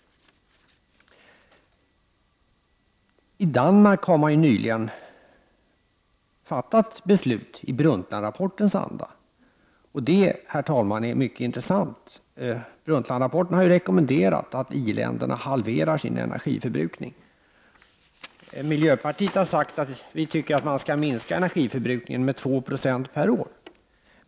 I Danmark har de nyligen fattat beslut i Brundtlandrapportens anda. Det, herr talman, är mycket intressant. Brundtlandrapporten har ju rekommenderat i-länderna att halvera sin energiförbrukning. Vi i miljöpartiet har sagt att vi skall minska energiförbrukningen med 2 26 per år.